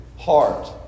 heart